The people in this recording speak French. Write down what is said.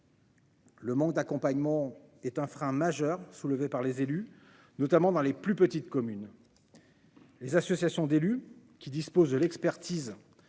Le monde accompagnement est un frein majeur soulevé par les élus, notamment dans les plus petites communes, les associations d'élus qui disposent de l'expertise